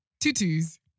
Tutus